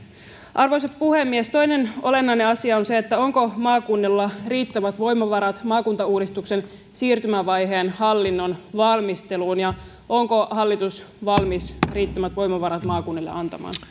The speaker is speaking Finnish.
arvoisa puhemies toinen olennainen asia on se onko maakunnilla riittävät voimavarat maakuntauudistuksen siirtymävaiheen hallinnon valmisteluun ja onko hallitus valmis riittävät voimavarat maakunnille antamaan